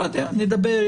אני לא יודע, נדבר.